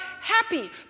happy